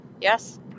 Yes